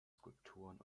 skulpturen